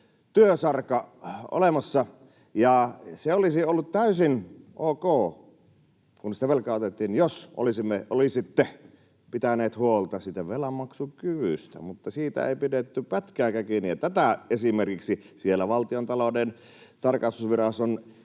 työsarka olemassa. Se olisi ollut täysin ok, kun sitä velkaa otettiin, jos olisitte pitäneet huolta siitä velanmaksukyvystä, mutta siitä ei pidetty pätkääkään kiinni. Ja tätä esimerkiksi Valtiontalouden tarkastusviraston